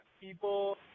people